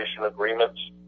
agreements